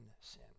sin